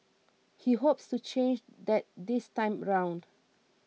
he hopes to change that this time round